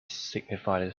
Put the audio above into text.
signified